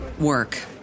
work